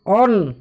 on